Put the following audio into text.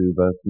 verse